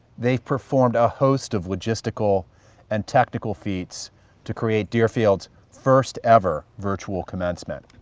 they've performed a host of logistical and tactical feats to create deerfield's first ever virtual commencement.